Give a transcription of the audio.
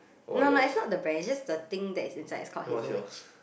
no lah it's not the brand is just the thing that is inside is called Hazel Witch